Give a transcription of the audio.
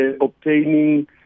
obtaining